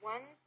One